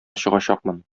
чыгачакмын